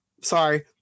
sorry